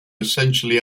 essentially